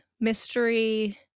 mystery